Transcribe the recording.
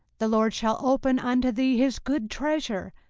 the lord shall open unto thee his good treasure,